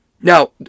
Now